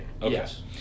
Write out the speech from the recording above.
Yes